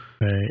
Right